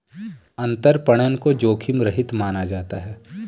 अंतरपणन को जोखिम रहित माना जाता है